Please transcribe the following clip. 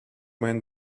man